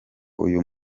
uyu